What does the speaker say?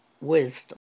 wisdom